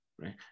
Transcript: right